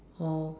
oh